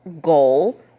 goal